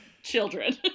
children